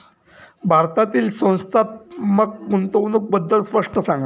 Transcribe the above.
भारतातील संस्थात्मक गुंतवणूक बद्दल स्पष्ट सांगा